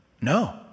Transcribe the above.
No